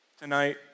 tonight